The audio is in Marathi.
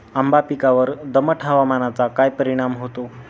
आंबा पिकावर दमट हवामानाचा काय परिणाम होतो?